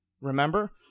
Remember